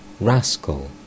Rascal